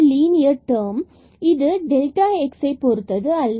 linear term linear term A மற்றும் xஐ பொருத்தது அல்ல